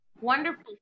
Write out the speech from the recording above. wonderful